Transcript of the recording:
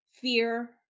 fear